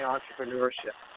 entrepreneurship